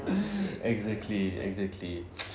exactly exactly